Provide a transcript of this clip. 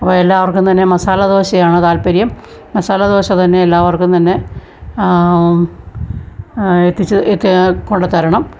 അപ്പോൾ എല്ലാവർക്കും തന്നെ മസാലദോശയാണ് താത്പര്യം മസാലദോശ തന്നെ എല്ലാവർക്കും തന്നെ എത്തിച്ച് എത്തി കൊണ്ടു തരണം